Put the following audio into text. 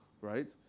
right